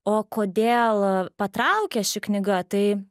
o kodėl patraukė ši knyga tai